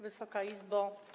Wysoka Izbo!